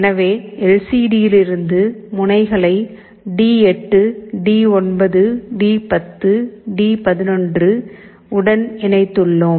எனவே L C D யிலிருந்து முனைகளை டி8 டி9 டி10 டி11 D8 D9 D10 D11 உடன் இணைத்துள்ளோம்